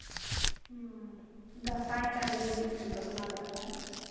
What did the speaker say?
ᱟᱨ ᱫᱟᱸᱥᱟᱭ ᱪᱟᱸᱫᱳ ᱦᱩᱭᱩᱜ ᱠᱟᱱ ᱛᱟᱵᱚᱱᱟ ᱫᱟᱸᱥᱟᱭ